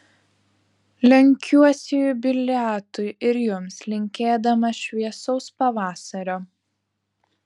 lenkiuosi jubiliatui ir jums linkėdamas šviesaus pavasario